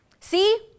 see